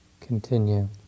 continue